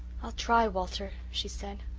i'll try, walter, she said.